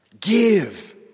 Give